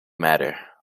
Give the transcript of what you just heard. matter